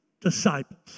disciples